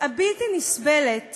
הבלתי-נסבלת